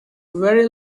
very